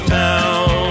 town